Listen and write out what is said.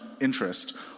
interest